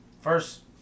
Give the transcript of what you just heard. first